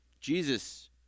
Jesus